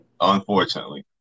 Unfortunately